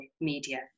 media